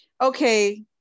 Okay